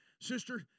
sister